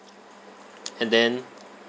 and then